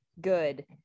good